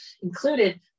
included